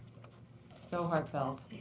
so heartfelt.